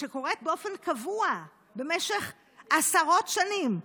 שקורית באופן קבוע במשך עשרות שנים,